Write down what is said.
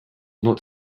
not